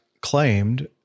claimed